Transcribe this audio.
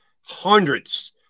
hundreds